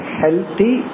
healthy